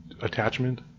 attachment